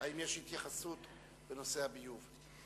האם יש התייחסות בנושא הביוב?